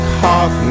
hawk